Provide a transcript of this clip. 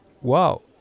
wow